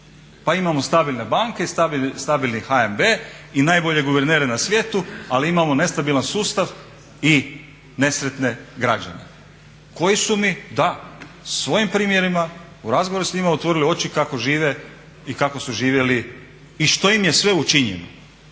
Pa imamo stabilne banke, stabilni HNB i najboljeg guvernera na svijetu, ali imamo nestabilan sustav i nesretne građane koji su mi da, svojim primjerima u razgovoru s njima otvorili oči kako žive i kako su živjeli i što im je sve učinjeno.